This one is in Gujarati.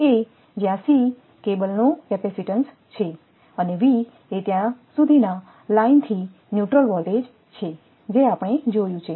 એ જ્યાં C કેબલનો કેપેસિટીન્સ છે અને V એ ત્યાં સુધીના લાઇન થી ન્યુટ્રલ વોલ્ટેજ છે જે આપણે જોયું છે